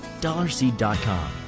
DollarSeed.com